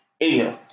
Anyhow